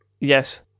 yes